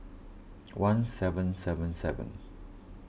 one seven seven seven